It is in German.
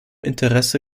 interesse